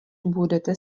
budete